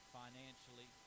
financially